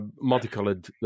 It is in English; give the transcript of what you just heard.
multicolored